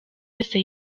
yose